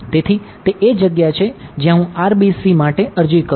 તેથી તે એ જગ્યા છે જ્યાં હું RBC માટે અરજી કરું છું